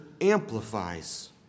amplifies